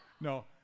no